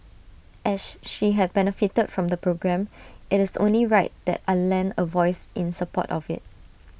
ash she had benefited from the programme IT is only right that I lend A voice in support of IT